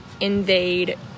invade